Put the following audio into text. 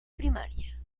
primaria